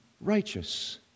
righteous